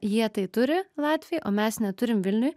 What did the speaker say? jie tai turi latviai o mes neturim vilniuj